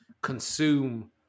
consume